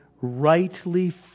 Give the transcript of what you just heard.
rightly